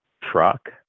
truck